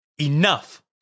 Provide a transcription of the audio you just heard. Enough